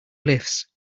lifts